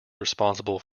responsible